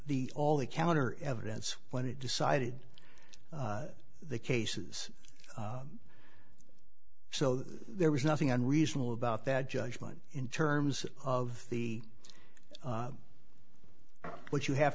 the all the counter evidence when it decided the cases so that there was nothing unreasonable about that judgment in terms of the what you have